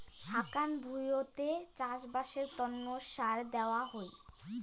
হাকান ভুঁইতে চাষবাসের তন্ন সার দেওয়া হই